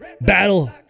Battle